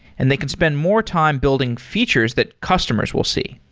and they can spend more time building features that customers will see.